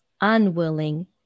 unwilling